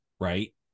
right